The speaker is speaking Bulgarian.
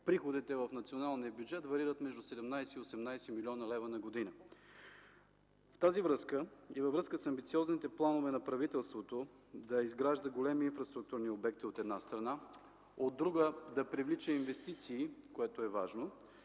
приходите в националния бюджет варират между 17 и 18 млн. лв. на година. Във връзка с това и с амбициозните планове на правителството да изгражда големи инфраструктурни обекти, от една страна, от друга – да привлича инвестиции, което е важно,